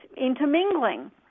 intermingling